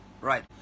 right